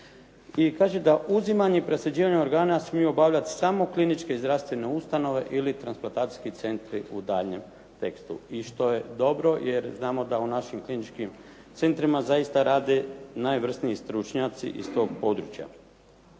I kaže da uzimanje i presađivanje organa smije obavljati samo kliničke i zdravstvene ustanove ili transplantacijski centri u daljnjem tekstu. I što je dobro jer znamo da u našim kliničkim centrima zaista rade najvrsniji stručnjaci iz toga područja.